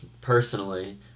personally